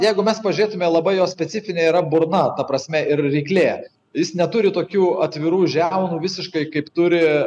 jeigu mes pažiūrėtume labai jo specifinė yra burna ta prasme ir ryklė jis neturi tokių atvirų žiaunų visiškai kaip turi